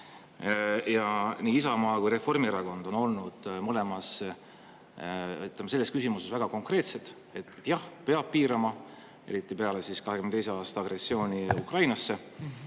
Ja nii Isamaa kui Reformierakond on olnud mõlemas, ütleme, selles küsimuses väga konkreetsed, et, jah, peab piirama, eriti peale 22. aasta agressiooni Ukrainasse.